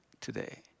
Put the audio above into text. today